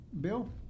Bill